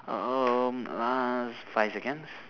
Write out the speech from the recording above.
um uh five seconds